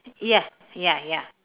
ya ya ya